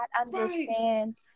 understand